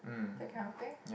that kind of thing